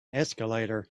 escalator